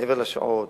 מעבר לשעות,